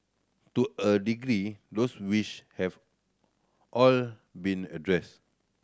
to a degree those wish have all been addressed